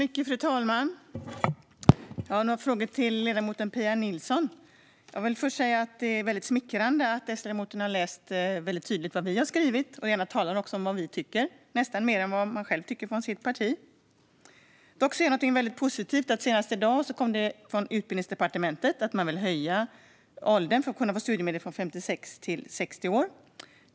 Fru talman! Jag har några frågor till ledamoten Pia Nilsson. Först vill jag säga att det är väldigt smickrande att S-ledamoten så tydligt har läst vad vi har skrivit och gärna talar om vad vi tycker - nästan mer än om vad det egna partiet tycker. Dock ser jag något väldigt positivt: att det så sent som i dag kom besked från Utbildningsdepartementet att man vill höja åldern för att kunna få studiemedel från 56 år till 60 år.